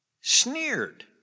sneered